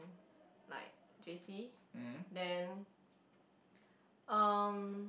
like J_C then um